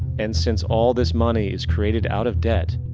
and, since all this money is created out of debt,